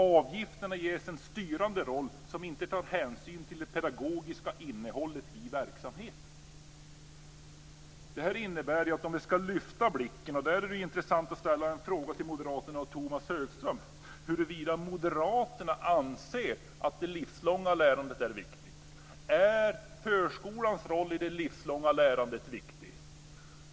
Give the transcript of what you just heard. Avgifterna ges en styrande roll som inte tar hänsyn till det pedagogiska innehållet i verksamheten. Om vi ska lyfta blicken är det intressant att ställa en fråga till moderaterna och Tomas Högström om huruvida moderaterna anser att det livslånga lärandet är viktigt. Är förskolans roll i det livslånga lärandet viktig?